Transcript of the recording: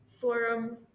forum